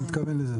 מתכוון לזה.